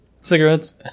cigarettes